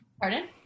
pardon